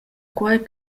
quei